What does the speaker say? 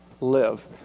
live